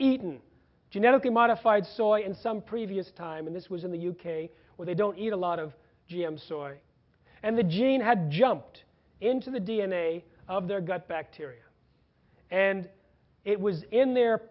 eaten genetically modified soy in some previous time and this was in the u k where they don't eat a lot of g m soy and the gene had jumped into the d n a of their gut bacteria and it was in there